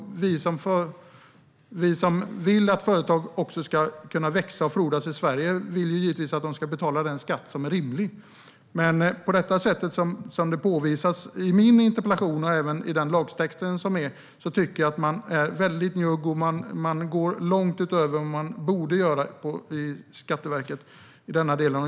Vi som vill att företag ska kunna växa och frodas i Sverige vill givetvis att de ska betala en rimlig skatt. Men med tanke på det som påvisas i min interpellation och med tanke på lagtexten tycker jag att man är väldigt njugg. Man går långt utöver vad man borde göra i Skatteverket.